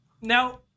Now